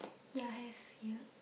ya have ya